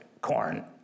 corn